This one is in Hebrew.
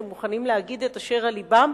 שמוכנים להגיד את אשר על לבם,